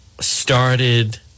started